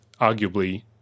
arguably